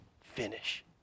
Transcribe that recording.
finish